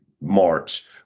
March